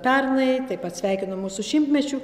pernai taip pat sveikino mus su šimtmečiu